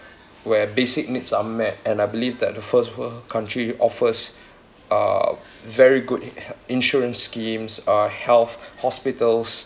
where basic needs are met and I believe that the first world country offers uh very good i~ healt~ insurance schemes uh health hospitals